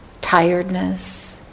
tiredness